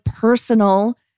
personal